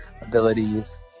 abilities